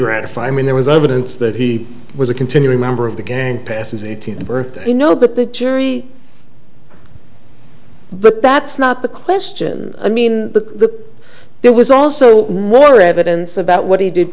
ratify i mean there was evidence that he was a continuing member of the gang passes eighteenth birthday you know but the jury but that's not the question i mean the there was also more evidence about what he did